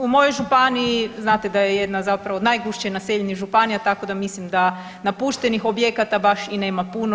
U mojoj županiji, znate da je jedna od zapravo najgušće naseljenih županija, tako da mislim da napuštenih objekata baš i nema puno.